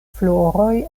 floroj